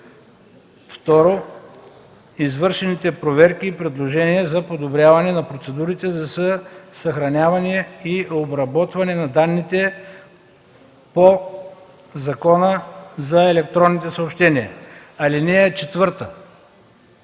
2. извършените проверки и предложения за подобряване на процедурите за съхраняване и обработване на данните по Закона за електронните съобщения. (4)